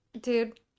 dude